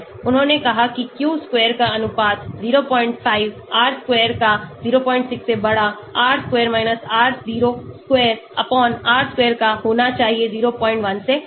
उन्होंने कहा कि q square का अनुपात 05 r square का 06 r square r0 square r square का होना चाहिए 01